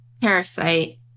Parasite